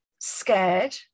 scared